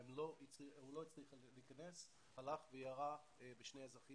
הוא לא הצליח להיכנס והלך וירה בשני אזרחים